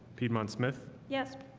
piedmont smith. yes,